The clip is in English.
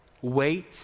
Wait